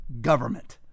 government